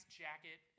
jacket